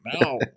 No